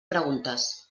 preguntes